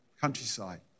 countryside